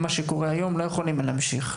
מה שקורה היום לא יכולים להמשיך.